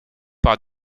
par